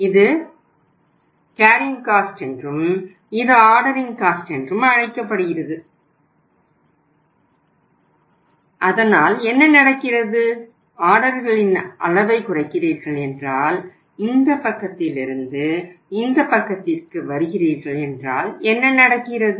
இது carrying cost செலவு உயர்கிறது